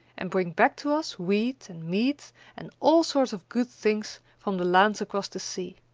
and bring back to us wheat and meat and all sorts of good things from the lands across the sea.